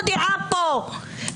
בבקשה,